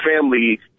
family